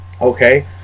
Okay